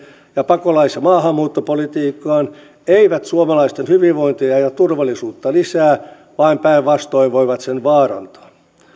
ja pakolais ja maahanmuuttopolitiikkaan eivät suomalaisten hyvinvointia ja turvallisuutta lisää vaan päinvastoin voivat sen vaarantaa